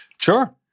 Sure